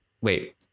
wait